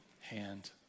hand